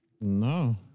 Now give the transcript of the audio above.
No